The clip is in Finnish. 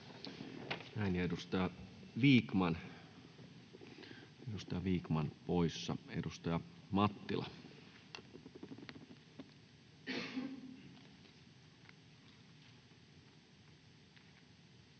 edustaja Vikman poissa. — Edustaja Mattila.